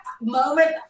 moment